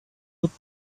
could